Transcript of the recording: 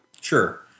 Sure